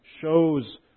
shows